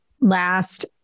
last